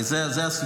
הרי זה הסיפור.